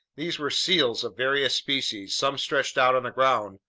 these were seals of various species, some stretched out on the ground,